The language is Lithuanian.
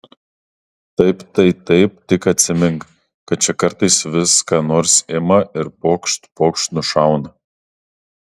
taip tai taip tik atsimink kad čia kartais vis ką nors ima ir pokšt pokšt nušauna